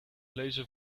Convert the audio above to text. lezen